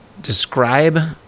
describe